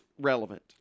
relevant